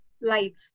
life